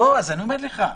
לא, אז אני אומר לך.